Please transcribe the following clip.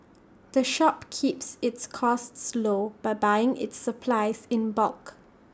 the shop keeps its costs low by buying its supplies in bulk